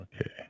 Okay